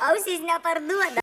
ausys neparduoda